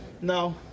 no